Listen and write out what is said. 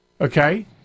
okay